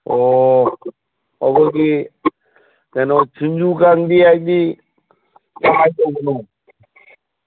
ꯑꯣ ꯑꯩꯈꯣꯏꯒꯤ ꯀꯩꯅꯣ ꯁꯤꯡꯖꯨ